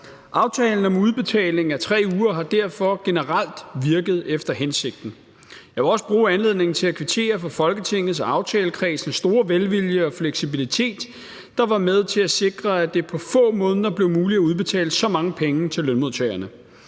Aftalen om udbetaling af 3 uger har derfor generelt virket efter hensigten. Jeg vil også bruge anledningen til at kvittere for Folketingets aftalekreds' store velvilje og fleksibilitet, der var med til at sikre, at det på få måneder blev muligt at udbetale så mange penge til lønmodtagerne.